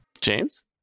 James